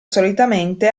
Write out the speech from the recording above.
solitamente